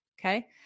Okay